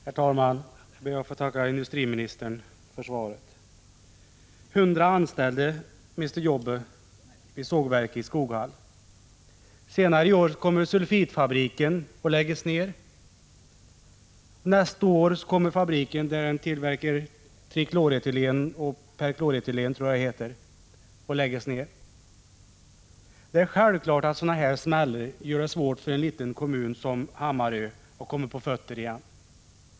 Herr talman! Jag ber att få tacka industriministern för svaret. 100 anställda mister jobbet vid sågverket i Skoghall. Senare i år kommer sulfitfabriken att läggas ner. Nästa år kommer fabriken där man tillverkar bl.a. trikloretylen att läggas ned. Det är självklart att sådana här smällar gör det svårt för en liten kommun som Hammarö att komma på fötter igen.